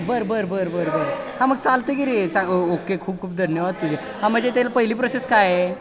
बरं बरं बरं बरं बरं हां मग चालतं की रे चांग ओ ओके खूप खूप धन्यवाद तुझे हां म्हणजे तेला पहिली प्रोसेस काय आहे